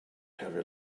heavy